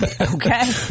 Okay